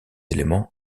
éléments